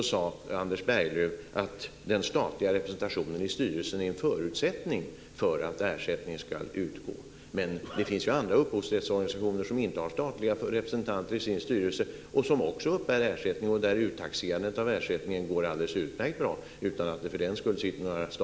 Anders Berglöv sade att den statliga representationen i STIM:s styrelse är en förutsättning för att ersättning ska utgå. Men det finns ju andra upphovsrättsorganisationer som inte har statliga representanter i sina styrelser och som också uppbär ersättning och där uttaxerandet av ersättning går alldeles utmärkt bra.